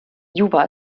juba